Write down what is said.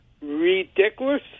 Ridiculous